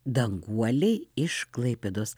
danguolei iš klaipėdos